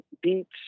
Beats